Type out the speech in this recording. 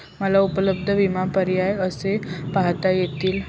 मला उपलब्ध विमा पर्याय कसे पाहता येतील?